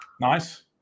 nice